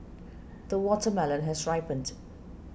the watermelon has ripened